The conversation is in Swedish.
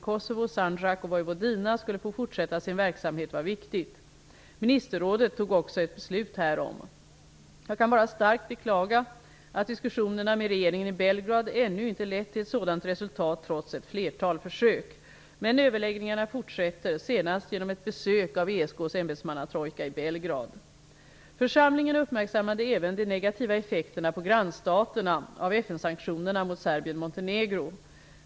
Kosovo, Sandjak och Vojvodina skulle få fortsätta sin verksamhet var viktigt. Ministerrådet tog också ett beslut härom. Jag kan bara starkt beklaga att diskussionerna med regeringen i Belgrad ännu inte lett till ett sådant resultat trots ett flertal försök. Men överläggningarna fortsätter -- senast genom ett besök av ESK:s ämbetsmannastrojka i Belgrad. Församlingen uppmärksammade även de negativa effekterna på grannstaterna av FN-sanktionerna mot Serbien-Montenegro.